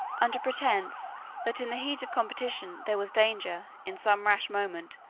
under pretence that in the heat of competition there was danger, in some rash moment,